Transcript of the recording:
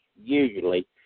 usually